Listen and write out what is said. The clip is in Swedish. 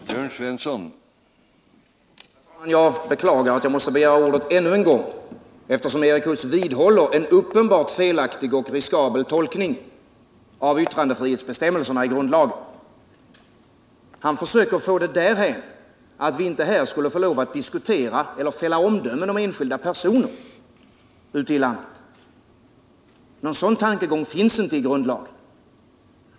Herr talman! Jag beklagar att jag måste begära ordet ännu en gång, eftersom Erik Huss vidhåller en uppenbart felaktig och riskabel tolkning av yttrandefrihetsbestämmelserna i grundlagen. Han försöker få det därhän att vi inte här skulle få lov att diskutera eller fälla omdömen om enskilda personer ute i landet. Någon sådan tankegång finns inte i grundlagen.